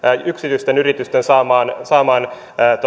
yksityisten yritysten saamaan saamaan